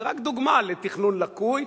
זה רק דוגמה לתכנון לקוי.